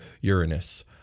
Uranus